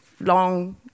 long